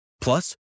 Plus